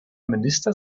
minister